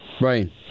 Right